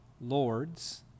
Lord's